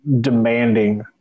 demanding